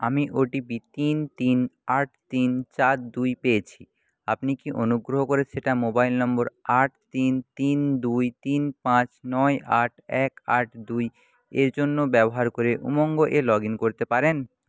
আমি ওটিপি তিন তিন আট তিন চার দুই পেয়েছি আপনি কি অনুগ্রহ করে সেটা মোবাইল নম্বর আট তিন তিন দুই তিন পাঁচ নয় আট এক আট দুইয়ের জন্য ব্যবহার করে উমঙ্গে লগ ইন করতে পারেন